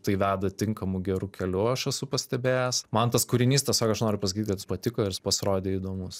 tai veda tinkamu geru keliu aš esu pastebėjęs man tas kūrinys tiesiog aš noriu pasakyti kad patiko ir jis pasirodė įdomus